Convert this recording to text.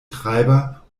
treiber